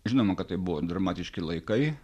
žinoma kad tai buvo dramatiški laikai